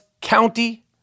County